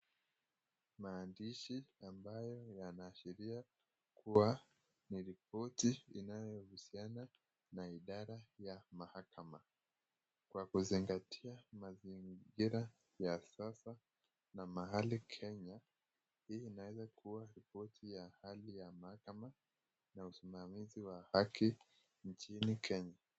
Maandishi ambayo yanaashiria kuwa ni ripoti inayohusiana na idara ya mahakama kwa kuzingatia mazingira ya sasa na mahali Kenya. Hii inaeza kuwa ripoti ya hali ya mahakama na usimamizi wa haki nchini Kenya.